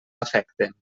afecten